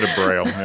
braille.